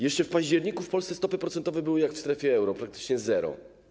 Jeszcze w październiku w Polsce stopy procentowe były jak w strefie euro, praktycznie zerowe.